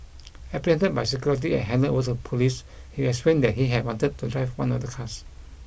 apprehended by security and handed over to police he explained that he had wanted to drive one of the cars